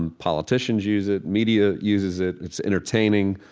and politicians use it, media uses it, it's entertaining,